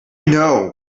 know